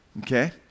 Okay